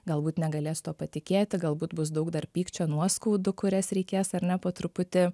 galbūt negalės tuo patikėti galbūt bus daug dar pykčio nuoskaudų kurias reikės ar ne po truputį